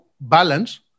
balance